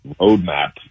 roadmap